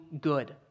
good